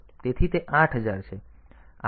તેથી તે 8000 છે